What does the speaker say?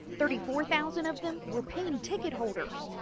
thirty four thousand of them were paying ticket holders.